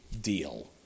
deal